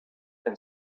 and